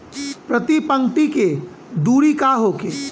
प्रति पंक्ति के दूरी का होखे?